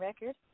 record